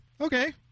okay